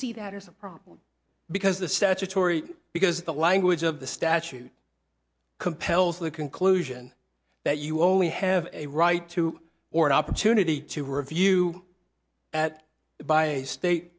see that as a problem because the statutory because the language of the statute compels the conclusion that you only have a right to or an opportunity to review at by a state